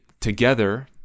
together